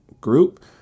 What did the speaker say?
group